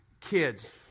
kids